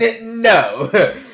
No